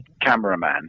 cameraman